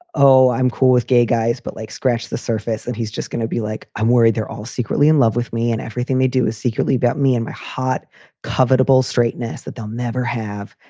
oh, i'm cool with gay guys, but like scratch the surface. and he's just gonna be like, i'm worried they're all secretly in love with me. and everything they do is secretly about me and my hot covetable straightness that they'll never have,